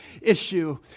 issue